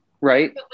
right